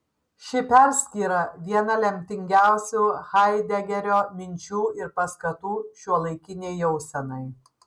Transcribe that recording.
ši perskyra viena lemtingiausių haidegerio minčių ir paskatų šiuolaikinei jausenai